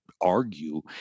argue